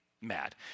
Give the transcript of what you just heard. mad